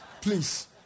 Please